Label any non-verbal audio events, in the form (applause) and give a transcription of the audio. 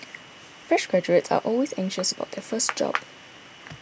fresh graduates are always anxious about their (noise) first job